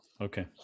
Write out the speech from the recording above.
Okay